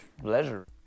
pleasure